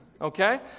Okay